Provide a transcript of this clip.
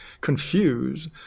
confuse